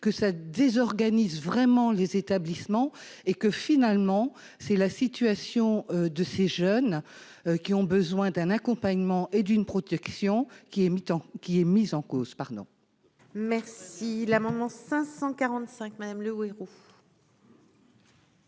que ça désorganise vraiment les établissements et que finalement, c'est la situation de ces jeunes qui ont besoin d'un accompagnement et d'une protection qui est mi-temps qui est mise en cause, pardon. Merci l'amendement 545 madame Le Houerou.